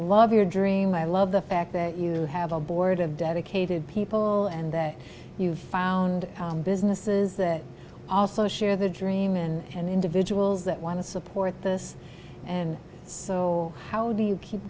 love your dream i love the fact that you have a board of dedicated people and that you've found businesses that also share the dream and individuals that want to support this and so how do you keep